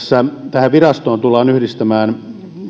tähän virastoon tullaan yhdistämään